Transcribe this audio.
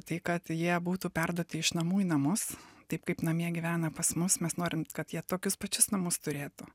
tai kad jie būtų perduoti iš namų į namus taip kaip namie gyvena pas mus mes norim kad jie tokius pačius namus turėtų